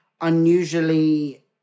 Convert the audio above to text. unusually